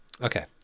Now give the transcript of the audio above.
Okay